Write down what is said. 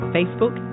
Facebook